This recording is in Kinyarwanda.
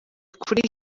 kuri